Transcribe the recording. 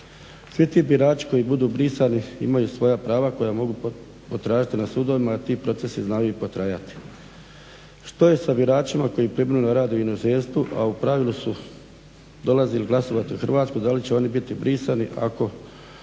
Svi ti birači koji budu brisani imaju svoja prava koja mogu potražiti na sudovima jer ti procesi znaju i potrajati. Što je sa biračima koji privremeno rade u inozemstvu, a u pravilu su dolazili glasovati u Hrvatsku da li će oni biti brisani a